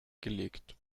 gelegt